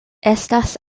estas